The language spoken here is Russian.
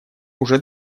уже